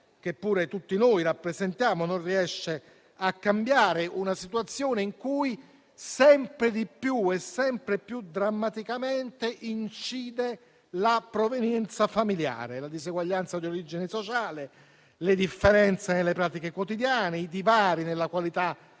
che pure tutti noi rappresentiamo, non riesce a cambiare; una situazione in cui sempre di più e sempre più drammaticamente incidono la provenienza familiare, la diseguaglianza di origine sociale, le differenze nelle pratiche quotidiane, i divari nella qualità